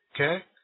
okay